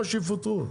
למה שיפטרו?